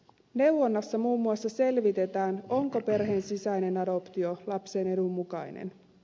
neuvonnassa muun muassa selvitetään onko perheen sisäinen adoptio lapsen edun mukainen